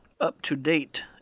up-to-date